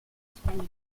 españa